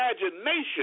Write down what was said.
imagination